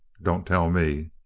don't tell me!